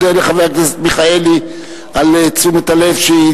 אני מודה לחבר הכנסת מיכאלי על תשומת הלב לכך שזה